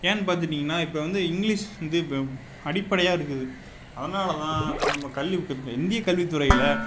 ஏன்னு பார்த்துட்டிங்கனா இப்போ வந்து இங்கிலீஷ் வந்து இப்போ அடிப்படையாக இருக்குது அதனாலதான் அப்போ நம்ப கல்வி கொஞ்சம் இந்திய கல்வித்துறையில்